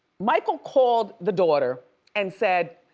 michael called the daughter and said,